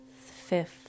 fifth